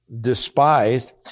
despised